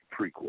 prequel